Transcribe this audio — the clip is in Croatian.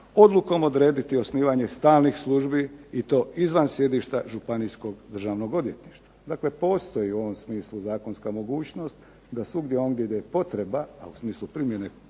odlukom odrediti osnivanje stalnih službi i to izvan sjedišta županijskog državnog odvjetništva. Dakle, postoji u ovom smislu zakonska mogućnost da svugdje ondje gdje je potreba a u smislu primjene konkretnog